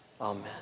Amen